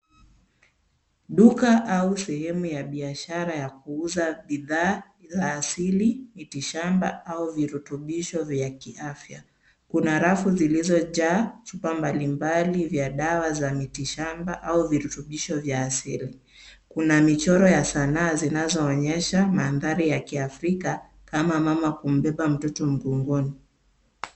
Duka au sehemu ya biashara ya kuuza bidhaa za asili, miti shamba au virutubisho vya kiafya. Kuna rafu zilizojaa chupa mbalimbali vya dawa za mitishamba au virutubisho vya asili. Kuna michoro ya sanaa zinazoonyesha mandhari ya Kiafrika kama mama kumbeba mtoto mgongoni.